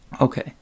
Okay